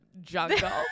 jungle